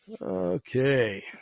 Okay